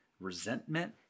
resentment